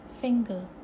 finger